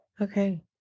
Okay